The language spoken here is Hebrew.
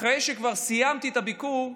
אחרי שכבר סיימתי את הביקור,